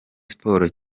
sports